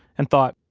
and thought,